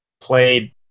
played